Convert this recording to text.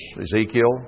Ezekiel